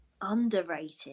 underrated